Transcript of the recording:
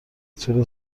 طول